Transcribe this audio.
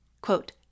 quote